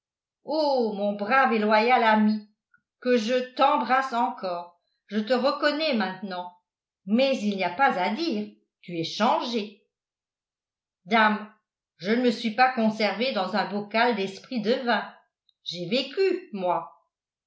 mon brave et loyal ami que je t'embrasse encore je te reconnais maintenant mais il n'y a pas à dire tu es changé dame je ne me suis pas conservé dans un bocal desprit devin j'ai vécu moi